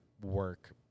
work